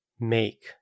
make